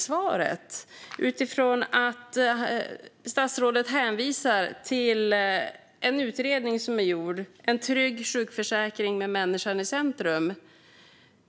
Statsrådet hänvisar till en utredning som är gjord: En trygg sjukförsäkring med människan i centrum .